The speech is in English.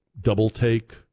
double-take